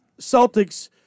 Celtics